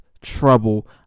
trouble